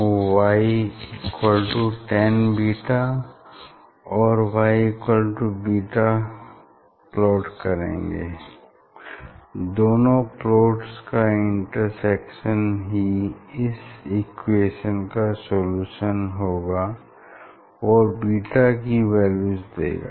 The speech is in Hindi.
हम ytanβ और yβ प्लाट करेंगे दोनों प्लॉट्स का इंटरसेक्शन ही इस इक्वेशन का सोल्युशन होगा और β की वैल्यूज देगा